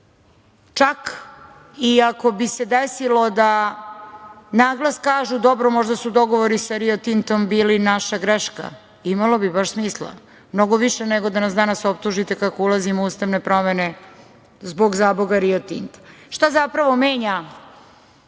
Čak i ako bi se desilo da na glas kažu – dobro, možda su dogovori sa Rio Tintom bili naša greška, imalo bi baš smisla mnogo više nego da nas danas optužite kako ulazimo u ustavne promene zbog, zaboga, Rio Tinta. Šta se zapravo menja